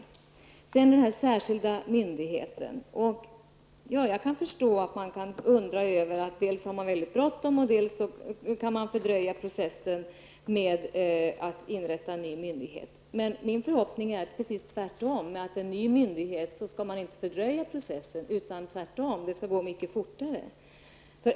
När det sedan gäller den här särskilda myndigheten kan jag förstå att man kan undra över att man dels har mycket bråttom, dels kan man fördröja processen med att inrätta en ny myndighet. Min förhoppning är att det skall bli precis tvärtom. Man skall inte fördröja processen med en ny myndighet utan det skall tvärtom gå fortare.